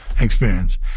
experience